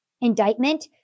indictment